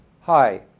Hi